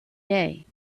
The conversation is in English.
day